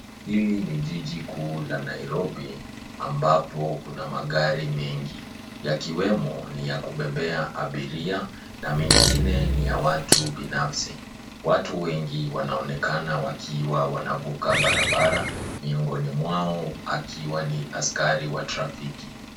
Hili ni jiji kuu la nairobi ambapo kuna magari mengi yakiwemo ni ya kubebea abiria na mengine ni ya watu binafsi. Watu wengi wanaonekana wakiwa wanavuka barabara miongoni mwao akiwa ni askari wa trafiki.